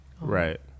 Right